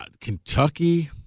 Kentucky –